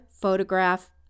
photograph